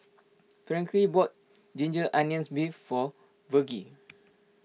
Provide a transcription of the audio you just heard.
Frankie bought Ginger Onions Beef for Virgle